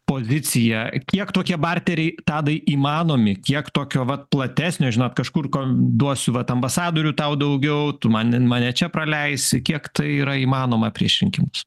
pozicija kiek tokie bartneriai tadai įmanomi kiek tokio vat platesnio žinot kažkur kon duosiu vat ambasadorių tau daugiau tu man į mane čia praleisi kiek tai yra įmanoma prieš rinkimus